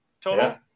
total